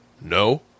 No